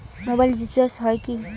Mobile recharge হয় কি?